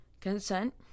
Consent